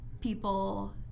people